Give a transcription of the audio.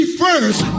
first